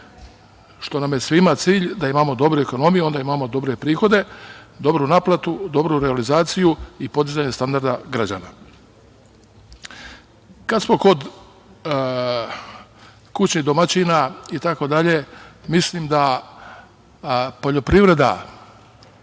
što nam je svima cilj da imamo dobru ekonomiju, onda imamo dobre prihode, dobru naplatu, dobru realizaciju i podizanje standarda građana. Kada smo kod kućnih domaćina itd, mislim da poljoprivreda